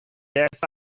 guess